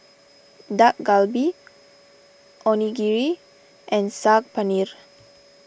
Dak Galbi Onigiri and Saag Paneer